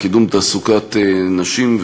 לקידום תעסוקת נשים,